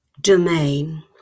domain